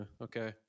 okay